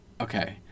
Okay